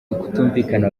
ukutumvikana